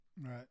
Right